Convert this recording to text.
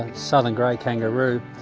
southern grey kangaroo.